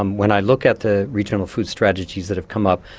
um when i look at the regional food strategies that have come up,